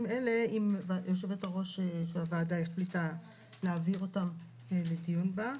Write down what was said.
אלה אם יושבת-הראש של הוועדה החליטה להעביר אותם לדיון בה.